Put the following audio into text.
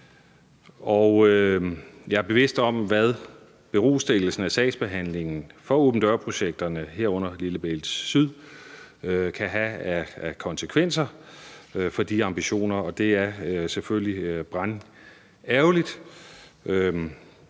jeg er bevidst om, hvad berostillelsen af sagsbehandlingen af åben dør-projekterne, herunder Lillebælt Syd, kan have af konsekvenser for de ambitioner, og det er selvfølgelig brandærgerligt.